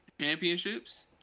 championships